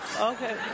Okay